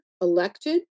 elected